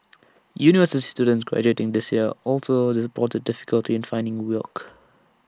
university students graduating this year also reported difficulty in finding work